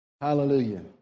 Hallelujah